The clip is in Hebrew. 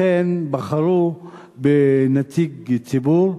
לכן בחרו בנציג ציבור.